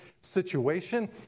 situation